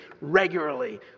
regularly